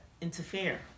interfere